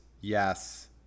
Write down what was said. Yes